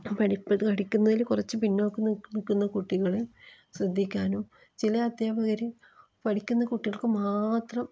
പഠിക്കുന്നതിൽ കുറച്ച് പിന്നോക്കം നിൽക്കുന്ന കുട്ടികളെ ശ്രദ്ധിക്കാനും ചില അദ്ധ്യാപകർ പഠിക്കുന്ന കുട്ടികൾക്ക് മാത്രം